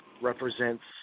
represents